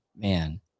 man